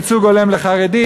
ייצוג הולם לחרדים,